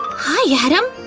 hi, yeah adam!